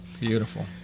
Beautiful